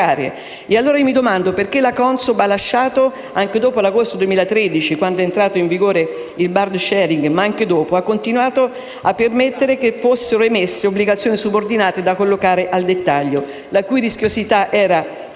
Mi domando allora perché la Consob, anche dopo l'agosto 2013 quando è entrato in vigore il *burden sharing* (ma anche dopo) ha continuato a permettere che fossero emesse obbligazioni subordinate da collocare al dettaglio, la cui rischiosità era